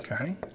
okay